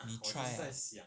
你 try ah